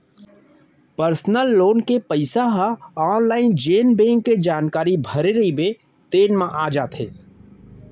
personal loan के पइसा ह आनलाइन जेन बेंक के जानकारी भरे रइबे तेने म आ जाथे